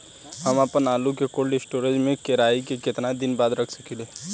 हम आपनआलू के कोल्ड स्टोरेज में कोराई के केतना दिन बाद रख साकिले?